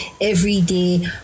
everyday